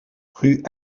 rue